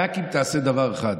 רק אם תעשה דבר אחד,